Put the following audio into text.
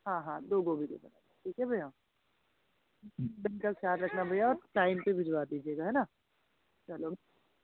हाँ हाँ दो दे दीजिएगा ठीक हैं भैया ख्याल रखना भैया टाइम पर भिजवा देना है न चलो